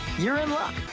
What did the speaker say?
you're in luck!